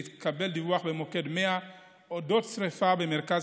נתקבל דיווח במוקד 100 על אודות שרפה במרכז